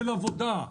של עבודה,